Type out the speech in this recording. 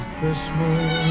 Christmas